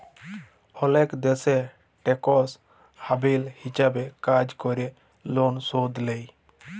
অলেক দ্যাশ টেকস হ্যাভেল হিছাবে কাজ ক্যরে লন শুধ লেই